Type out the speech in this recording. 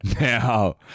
Now